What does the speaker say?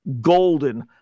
golden